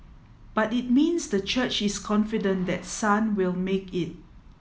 but it means the church is confident that sun will make it